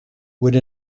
would